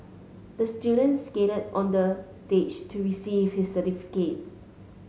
the student skated on the stage to receive his certificate